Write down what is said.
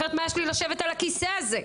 אחרת מה יש לי לשבת על הכסא הזה?